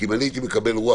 כי קיבלתי רוח